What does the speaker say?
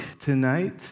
tonight